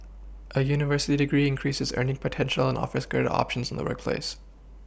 a university degree increases earning potential offers greater options in the workplace